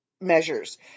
Measures